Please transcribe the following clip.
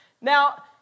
Now